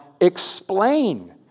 explain